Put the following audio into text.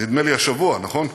נדמה לי, השבוע, נכון?